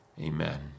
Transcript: amen